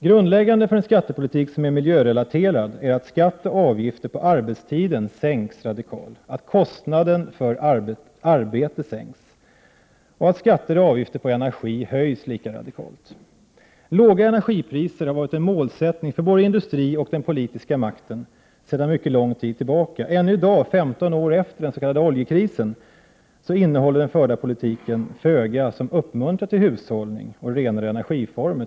Grundläggande för en skattepolitik som är miljörelaterad är att skatt och avgifter på arbetstiden sänks radikalt, att kostnaden för arbete sänks och att skatter och avgifter på energi höjs lika radikalt. Låga energipriser har varit en målsättning både för industri och den politiska makten sedan mycket lång tid tillbaka. Ännu i dag, 15 år efter den s.k. oljekrisen, innehåller den förda politiken föga som uppmuntrar till hushållning och renare energiformer.